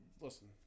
listen